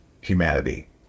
humanity